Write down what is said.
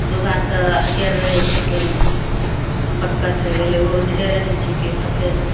सुगा तऽ हरिअर रहैत छिकै बक्कत होइ गेलै ओहो उजरे रहैत छिकै सफेद